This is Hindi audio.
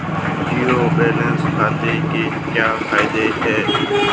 ज़ीरो बैलेंस खाते के क्या फायदे हैं?